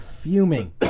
fuming